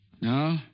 No